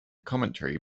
commentary